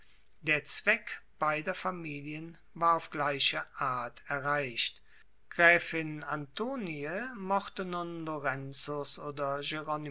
der zweck beider familien war auf gleiche art erreicht gräfin antonie mochte nun lorenzos oder